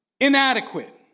inadequate